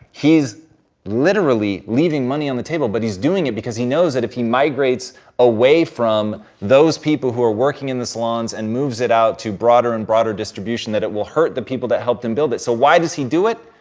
he's literally leaving money on the table, but he's doing it because he knows that if he migrates away from those people who are working in the salons and moves it out to broader and broader distribution that it will hurt the people that helped him build it. so why does he do it?